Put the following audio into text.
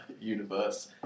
universe